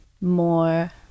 more